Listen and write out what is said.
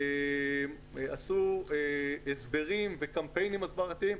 עשו הסברים וקמפיינים הסברתיים.